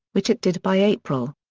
which it did by april.